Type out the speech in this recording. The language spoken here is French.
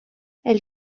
elle